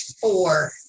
Four